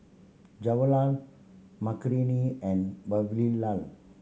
Makineni and Vavilala